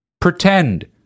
Pretend